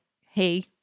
Hey